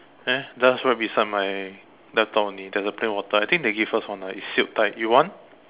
there just right besides my laptop only there's a plain water I think they give us one ah it's sealed tight you want